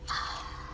what